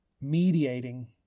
mediating